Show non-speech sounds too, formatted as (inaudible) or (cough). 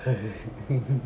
(noise) (laughs)